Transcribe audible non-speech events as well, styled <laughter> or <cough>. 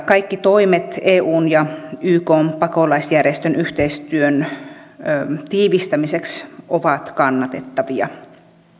<unintelligible> kaikki toimet eun ja ykn pakolaisjärjestön yhteistyön tiivistämiseksi ovat kannatettavia